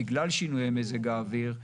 בגלל שינויי מזג האוויר,